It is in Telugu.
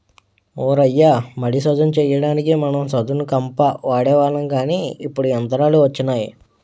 ఓ రయ్య మడి సదును చెయ్యడానికి మనం సదును కంప వాడేవాళ్ళం కానీ ఇప్పుడు యంత్రాలు వచ్చినాయి